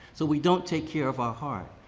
so we don't take care of our heart.